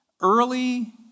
Early